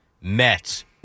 Mets